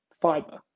fiber